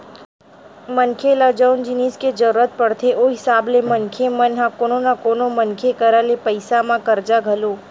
मनखे ल जउन जिनिस के जरुरत पड़थे ओ हिसाब ले मनखे मन ह कोनो न कोनो मनखे करा ले पइसा म करजा घलो लेथे